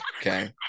okay